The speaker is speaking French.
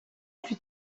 plus